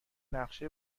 نقشه